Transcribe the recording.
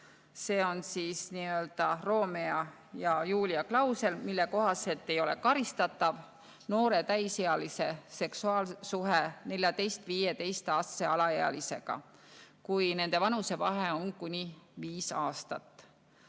See on nii‑öelda Romeo ja Julia klausel, mille kohaselt ei ole karistatav noore täisealise seksuaalsuhe 14–15‑aastase alaealisega, kui nende vanusevahe on kuni viis aastat.